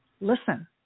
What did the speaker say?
listen